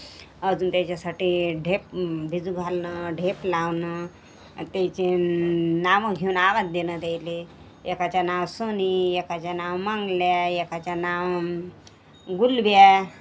अजून त्याच्यासाठी ढेप भिजू घालणं ढेप लावणं आणि त्यांची नावं घेऊन आवाज देणं त्यायले एकाचं नाव सोनी एकाचं नाव मंगल्या एकाचं नाव गुलब्या